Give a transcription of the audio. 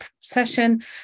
session